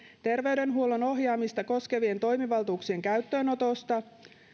terveydenhuollon ohjaamista koskevien toimivaltuuksien käyttöönotosta